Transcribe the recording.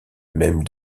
même